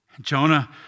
Jonah